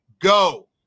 go